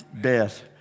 death